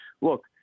look